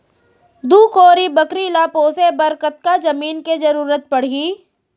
दू कोरी बकरी ला पोसे बर कतका जमीन के जरूरत पढही?